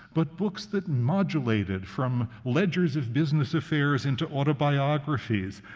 but books that modulated from ledgers of business affairs into autobiographies,